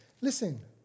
Listen